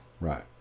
Right